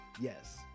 Yes